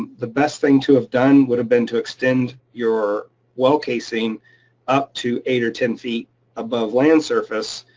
the best thing to have done would have been to extend your well casing up to eight or ten feet above land surface.